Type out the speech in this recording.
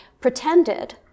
pretended